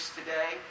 today